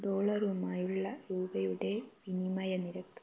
ഡോളറുമായുള്ള രൂപയുടെ വിനിമയ നിരക്ക്